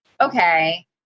okay